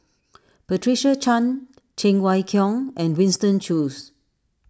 Patricia Chan Cheng Wai Keung and Winston Choos